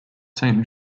saint